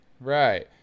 right